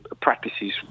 practices